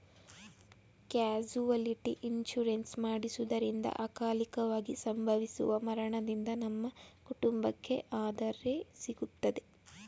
casualty insurance ಮಾಡಿಸುವುದರಿಂದ ಅಕಾಲಿಕವಾಗಿ ಸಂಭವಿಸುವ ಮರಣದಿಂದ ನಮ್ಮ ಕುಟುಂಬಕ್ಕೆ ಆದರೆ ಸಿಗುತ್ತದೆ